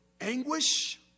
anguish